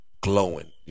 glowing